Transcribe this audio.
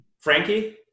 Frankie